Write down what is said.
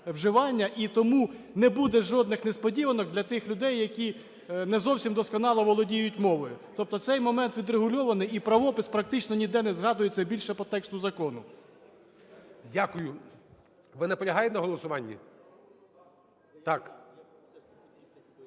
і тому не буде жодних несподіванок для тих людей, які не зовсім досконало володіють мовою. Тобто цей момент відрегульовано і правопис практично ніде не згадується більше по тексту закону. ГОЛОВУЮЧИЙ. Дякую. Ви наполягаєте на голосуванні? Так.